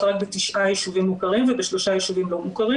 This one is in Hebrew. רק בתשעה ישובים מוכרים ובשלושה ישובים לא מוכרים.